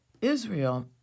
Israel